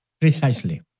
Precisely